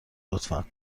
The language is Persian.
لطفا